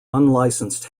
unlicensed